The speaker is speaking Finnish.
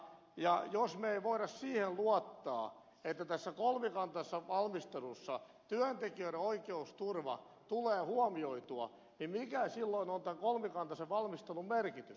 ja jos me emme voi siihen luottaa että tässä kolmikantaisessa valmistelussa työntekijöiden oikeusturva tulee huomioitua niin mikä silloin on tämän kolmikantaisen valmistelun merkitys